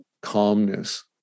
calmness